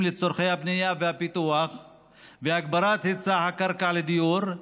לצורכי הבנייה והפיתוח והגברת היצע הקרקע לדיור,